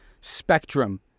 spectrum